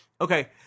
Okay